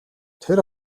тэр